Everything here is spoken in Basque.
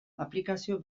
aplikazio